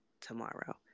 tomorrow